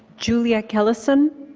julia kellison